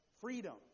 freedom